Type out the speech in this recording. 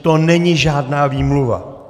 To není žádná výmluva.